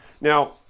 Now